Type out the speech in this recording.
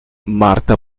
marta